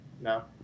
No